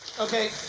Okay